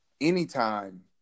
Anytime